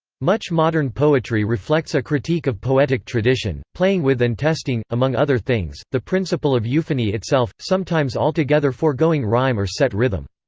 much modern poetry reflects a critique of poetic tradition, playing with and testing, among other things, the principle of euphony itself, sometimes altogether forgoing rhyme or set rhythm.